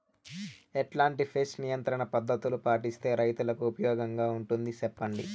ఎట్లాంటి పెస్ట్ నియంత్రణ పద్ధతులు పాటిస్తే, రైతుకు ఉపయోగంగా ఉంటుంది సెప్పండి?